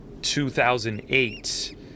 2008